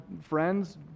friends